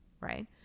right